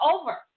over